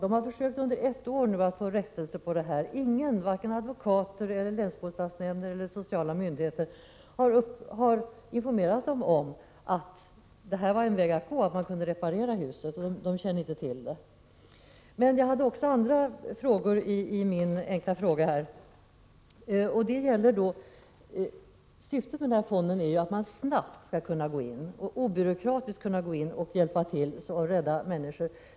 Under ett år har de försökt att få en rättelse till stånd, men ingen, varken advokater, länsbostadsnämnd eller sociala myndigheter, har informerat dem om att huset kunde repareras. Jag tog också upp andra problem i min enkla fråga. Syftet med fonden är ju att man snabbt och obyråkratiskt skall kunna gå in och rädda människor.